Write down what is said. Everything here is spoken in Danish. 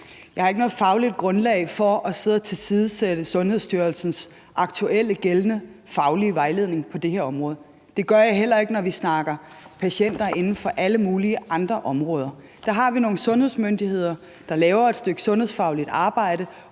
Jeg har ikke noget fagligt grundlag for at sidde og tilsidesætte Sundhedsstyrelsens aktuelt gældende faglige vejledning på det her område. Det gør jeg heller ikke, når vi snakker patienter inden for alle mulige andre områder. Der har vi nogle sundhedsmyndigheder, der laver et stykke sundhedsfagligt arbejde